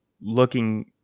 looking